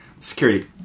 Security